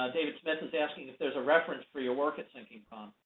ah david smith is asking if there's reference for your work at sinking